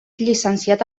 llicenciat